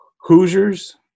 Hoosiers